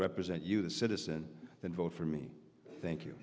represent you the citizen then vote for me thank